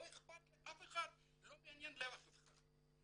לא אכפת לאף אחד ולא מעניין את אף אחד.